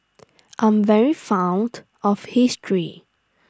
I'm very fond of history